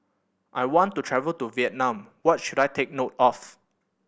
I want to travel to Vietnam What should I take note of